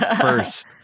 first